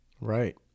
Right